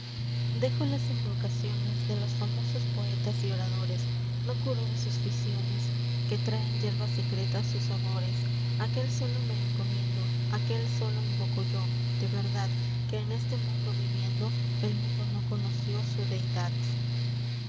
dexo las inuocaiones de los famosos poetas y oradores no curo de sus ficiones que traen yeruas secretas sus sabores aquel solo me encomiendo aquel solo inuoco yo de verdad que en este mundo biuiendo el mundo no conocio su deydad